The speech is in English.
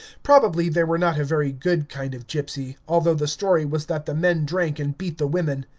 probably they were not a very good kind of gypsy, although the story was that the men drank and beat the women.